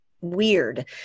weird